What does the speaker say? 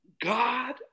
God